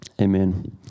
Amen